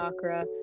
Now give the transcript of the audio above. chakra